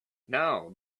now